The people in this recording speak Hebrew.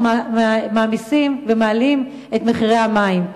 אנחנו מעמיסים ומעלים את מחירי המים.